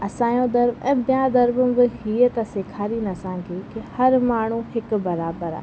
असांजो धर्म ऐं ॿिया धर्म बि हीअं त सेखारनि असांखे की हर माण्हू हिकु बराबरि आहे